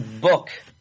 book